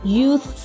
Youth